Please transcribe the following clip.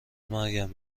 مرگم